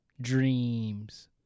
dreams